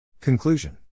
Conclusion